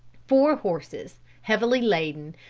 four horses, heavily laden,